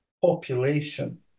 population